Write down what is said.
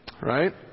right